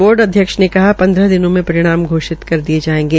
board अध्यक्ष ने कहा कि पन्द्रह दिनों में परिणाम घोषित कर दिये जायेंगे